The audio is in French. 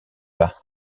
par